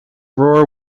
roar